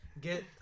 Get